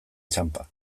txanpa